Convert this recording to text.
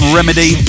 Remedy